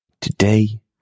Today